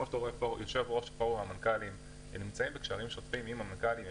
הם נמצאים בקשרים שוטפים עם המנכ"לים,